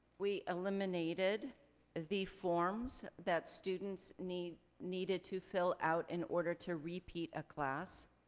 we eliminated the forms that students needed needed to fill out in order to repeat a class.